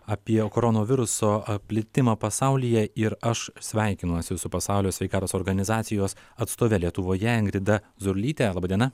apie koronoviruso plitimą pasaulyje ir aš sveikinuosi su pasaulio sveikatos organizacijos atstovė lietuvoje ingrida zurlytė laba diena